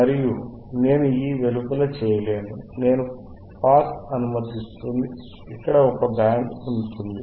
మరియు నేను ఈ వెలుపల చెయ్యలేను నేను పాస్ అనుమతిస్తుంది ఇక్కడ ఒక బ్యాండ్ ఉంటుంది